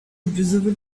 visible